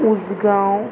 Ujgaon